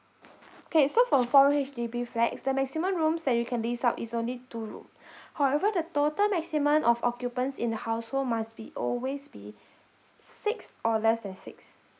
okay so for four room H_D_B flats the maximum rooms that you can lease out is only two room however the total maximum of occupants in the household must be always be six or less than six